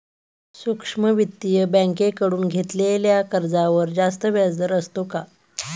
सूक्ष्म वित्तीय बँकेकडून घेतलेल्या कर्जावर जास्त व्याजदर असतो का?